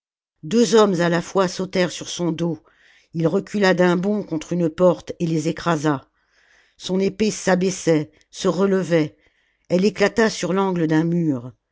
deux hommes à la fois sautèrent sur son dos il recula d'un bond contre une porte et les écrasa son épée s'abaissait se relevait elle éclata sur l'angle d'un mur